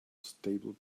stable